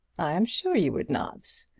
i am sure you would not.